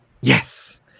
yes